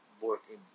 working